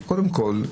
קודם כל,